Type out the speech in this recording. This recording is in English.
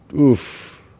Oof